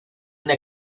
una